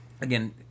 again